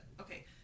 okay